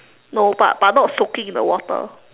no but but not soaking in the water